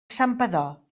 santpedor